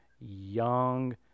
young